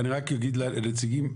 אני רק אגיד לנציגים,